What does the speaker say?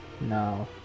No